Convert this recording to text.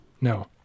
No